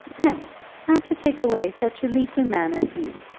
no not to take away such a leetle man as you.